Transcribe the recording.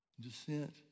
descent